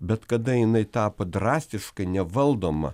bet kada jinai tapo drastiškai nevaldoma